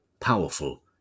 Powerful